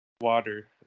water